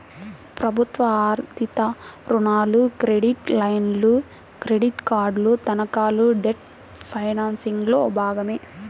ప్రభుత్వ ఆధారిత రుణాలు, క్రెడిట్ లైన్లు, క్రెడిట్ కార్డులు, తనఖాలు డెట్ ఫైనాన్సింగ్లో భాగమే